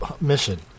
mission